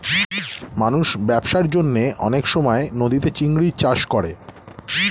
মানুষ ব্যবসার জন্যে অনেক সময় নদীতে চিংড়ির চাষ করে